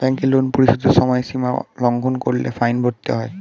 ব্যাংকের লোন পরিশোধের সময়সীমা লঙ্ঘন করলে ফাইন ভরতে হয়